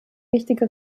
richtige